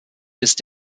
ist